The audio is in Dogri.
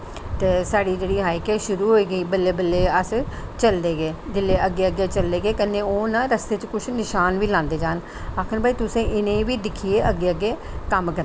ते साढ़ी जेहड़ी हाइक ऐ शुरु होई गेई बल्लें बल्लें अस चलदे गे जिसलै अग्गे अग्गे चलदे गे कन्नै रस्ते च कुछ निशान बी लांदे जान आक्खन भाई तुसें इनें गी बी दिक्खियै अग्गे अग्गे कम्म करना ऐ